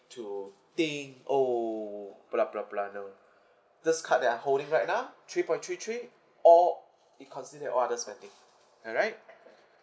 to think oh blah blah blah you know this card that I holding right now three point three three all it consider at all other spending alright